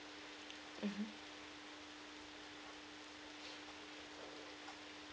mmhmm